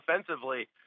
offensively